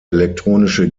elektronische